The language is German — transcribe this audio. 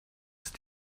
ist